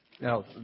Now